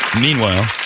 Meanwhile